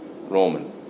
Roman